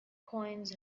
coins